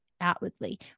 outwardly